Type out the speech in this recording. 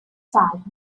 fact